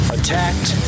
Attacked